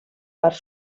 part